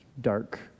dark